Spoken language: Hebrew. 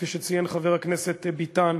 כפי שציין חבר הכנסת ביטן,